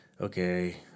okay